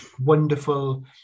wonderful